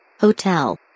Hotel